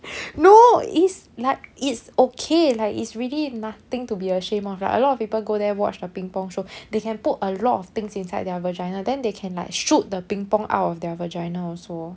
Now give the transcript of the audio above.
no it's like it's okay like it's really nothing to be ashamed of lah a lot of people go there watch the ping-pong show they can put a lot of things inside their vagina then they can like shoot the ping-pong out of their vagina also